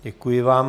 Děkuji vám.